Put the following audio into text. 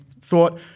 thought